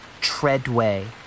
treadway